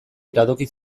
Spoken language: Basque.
iradoki